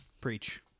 Preach